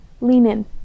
lean-in